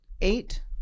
eight